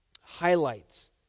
highlights